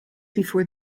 before